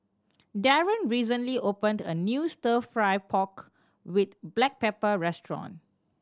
Darron recently opened a new Stir Fry pork with black pepper restaurant